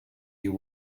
you